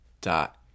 dot